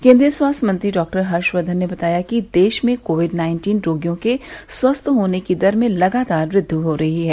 केन्द्रीय स्वास्थ्य मंत्री डॉक्टर हर्षवर्धन ने बताया कि देश में कोविड नाइन्टीन रोगियों के स्वस्थ होने की दर में लगातार वृद्वि हो रही है